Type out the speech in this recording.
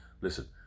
listen